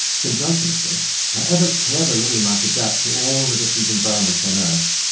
since ultimately however cleverly we might adapt to all the different environments on earth,